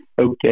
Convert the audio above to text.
Okay